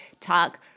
Talk